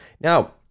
Now